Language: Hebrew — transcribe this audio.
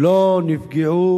לא ייפגעו,